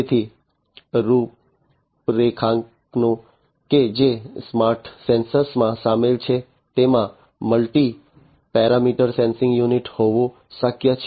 તેથી રૂપરેખાંકનો કે જે સ્માર્ટ સેન્સર માં સામેલ છે તેમાં મલ્ટી પેરામીટર સેન્સિંગ યુનિટ હોવું શક્ય છે